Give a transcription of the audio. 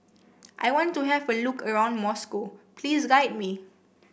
I want to have a look around Moscow please guide me